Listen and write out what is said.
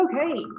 okay